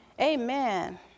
Amen